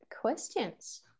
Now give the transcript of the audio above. questions